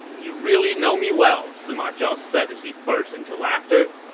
you really know me well! sima zhao said as he burst into laughter.